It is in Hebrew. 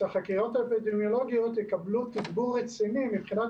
שהחקירות האפידמיולוגיות יקבלו תגבור רציני מבחינת